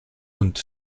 und